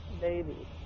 baby